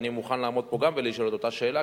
ואני מוכן לעמוד פה ולשאול את אותה שאלה,